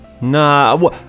Nah